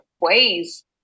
ways